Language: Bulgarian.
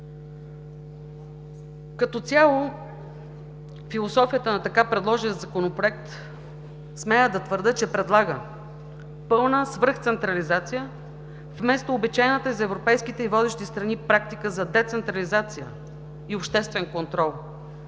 Като цяло философията на така предложения Законопроект, смея да твърдя, че предлага пълна свръхцентрализация вместо обичайната за европейските и водещи страни практика за децентрализация и обществен контрол.